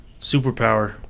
superpower